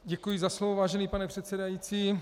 Děkuji za slovo, vážený pane předsedající.